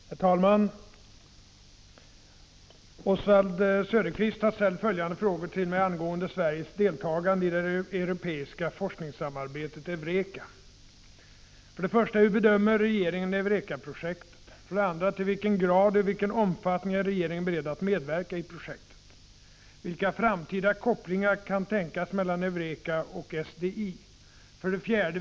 Herr talman! Oswald Söderqvist har ställt följande frågor till mig angående Sveriges deltagande i det europeiska forskningssamarbetet EUREKA: 1. Hur bedömer regeringen EUREKA-projektet? 2. Till vilken grad och i vilken omfattning är regeringen beredd att medverka i projektet? 3. Vilka framtida kopplingar kan tänkas mellan EUREKA och SDI? 4.